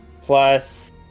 plus